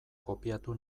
kopiatu